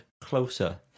Closer